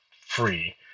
free